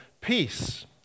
peace